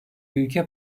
ülke